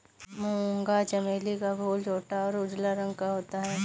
मूंगा चमेली का फूल छोटा और उजला रंग का होता है